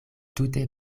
tute